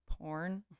porn